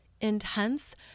intense